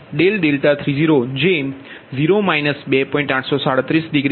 936 degree બરાબર 3